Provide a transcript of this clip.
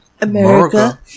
America